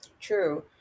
true